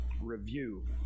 review